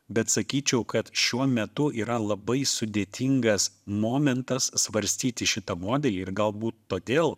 bet sakyčiau kad šiuo metu yra labai sudėtingas momentas svarstyti šitą modelį ir galbūt todėl